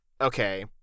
okay